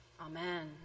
Amen